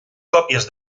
còpies